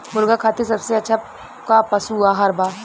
मुर्गा खातिर सबसे अच्छा का पशु आहार बा?